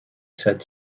said